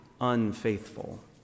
unfaithful